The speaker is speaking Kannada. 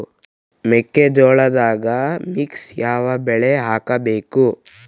ಮೆಕ್ಕಿಜೋಳದಾಗಾ ಮಿಕ್ಸ್ ಯಾವ ಬೆಳಿ ಹಾಕಬೇಕ್ರಿ?